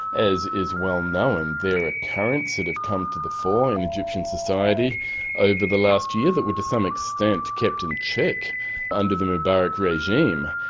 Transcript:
as is well known, there are currents that have come to the fore in egyptian society over the last year, that were to some extent, kept in check under the mubarak regime.